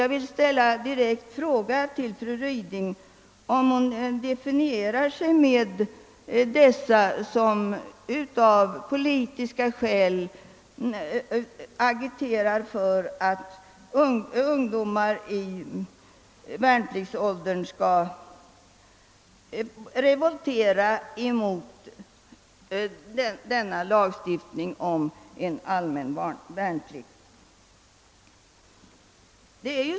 Jag vill direkt fråga fru Ryding, om hon identifierar sig med dem som av politiska skäl agiterar för att ungdomar i värnpliktsåldern skall revoltera mot lagstiftningen om allmän värnplikt.